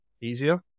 easier